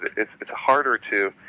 it's harder to,